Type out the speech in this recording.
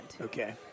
Okay